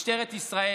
משטרת ישראל.